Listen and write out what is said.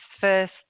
first